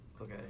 Okay